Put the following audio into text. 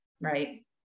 Right